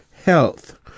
Health